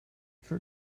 try